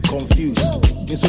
Confused